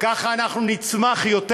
ככה אנחנו נצמח יותר.